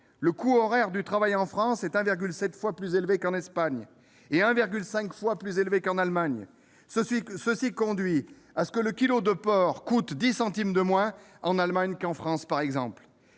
le coût horaire du travail est, en France, 1,7 fois plus élevé qu'en Espagne et 1,5 fois plus élevé qu'en Allemagne ; conséquence : le kilo de porc coûte 10 centimes de moins en Allemagne qu'en France, par exemple.